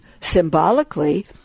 symbolically